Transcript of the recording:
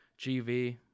gv